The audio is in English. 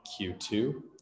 Q2